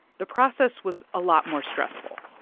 the process was a lot more stressful